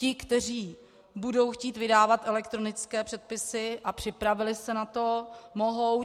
Ti, kteří budou chtít vydávat elektronické předpisy a připravili se na to, mohou.